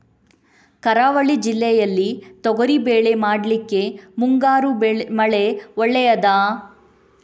ಕರಾವಳಿ ಜಿಲ್ಲೆಯಲ್ಲಿ ತೊಗರಿಬೇಳೆ ಮಾಡ್ಲಿಕ್ಕೆ ಮುಂಗಾರು ಮಳೆ ಒಳ್ಳೆಯದ?